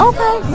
Okay